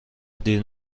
دیر